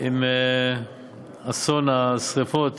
עם אסון השרפות